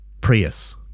Prius